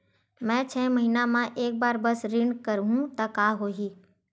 मैं छै महीना म एक बार बस ऋण करहु त का होही?